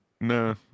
Nah